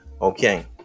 okay